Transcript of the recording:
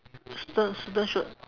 student student shoot